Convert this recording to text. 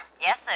Yes